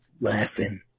laughing